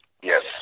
yes